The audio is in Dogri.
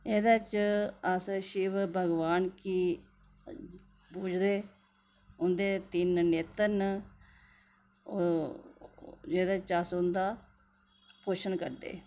एह्दे च अस शिव भगवान गी पुजदे उं'दे तिन नेत्र न जेह्दे च अस उं'दा पोशन करदे